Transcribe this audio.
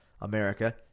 America